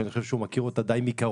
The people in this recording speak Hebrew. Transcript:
שאני חושב שהוא מכיר אותה די מקרוב.